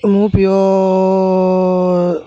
মোৰ প্ৰিয়